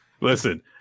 Listen